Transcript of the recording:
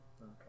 Okay